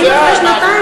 אני יודע.